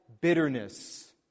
bitterness